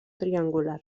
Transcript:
triangular